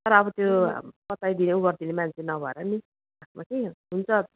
तर अब त्यो बताइदिने उ गरिदिने मान्छे नभएर नि खासमा कि हुन्छ